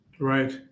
Right